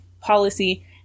policy